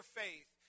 faith